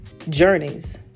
journeys